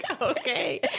Okay